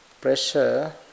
pressure